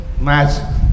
match